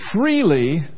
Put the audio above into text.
freely